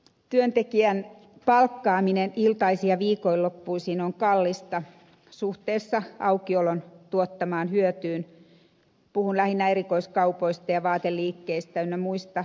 työntekijän palkkaaminen iltaisin ja viikonloppuisin on kallista suhteessa aukiolon tuottamaan hyötyyn puhun lähinnä erikoiskaupoista ja vaateliikkeistä ynnä muuta